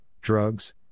drugs